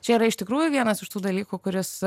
čia yra iš tikrųjų vienas iš tų dalykų kuris